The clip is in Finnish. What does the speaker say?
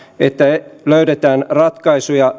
että löydetään ratkaisuja